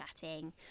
chatting